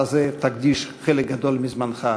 לזה תקדיש חלק גדול מזמנך עכשיו.